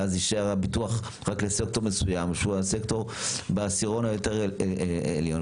ואז יישאר הביטוח רק לסקטור מסוים שהוא הסקטור בעשירון היותר עליון.